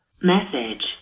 Message